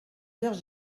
heures